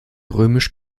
römisch